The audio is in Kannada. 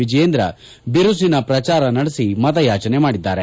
ವಿಜಯೇಂದ್ರ ಬಿರುಸಿನ ಪ್ರಚಾರ ನಡೆಸಿ ಮತಯಾಚನೆ ಮಾಡಿದ್ದಾರೆ